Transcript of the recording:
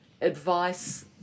advice